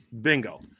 Bingo